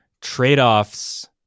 trade-offs